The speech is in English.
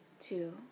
two